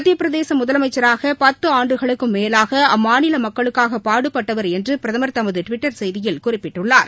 மத்தியப் பிரதேச முதலமைச்சராக பத்து ஆண்டுகளுக்கும் மேலாக அம்மாநில மக்களுக்காக பாடுபட்டவர் என்று பிரதமர் தமது டிவிட்டர் செய்தியில் கூறியுள்ளார்